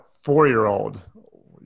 four-year-old